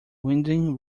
winding